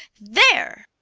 there.